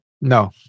No